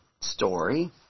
story